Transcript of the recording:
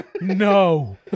No